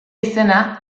izena